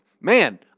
man